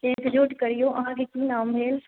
एकजुट करियौ अहाँके की नाम भेल